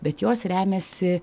bet jos remiasi